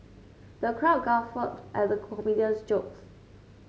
the crowd guffawed at the comedian's jokes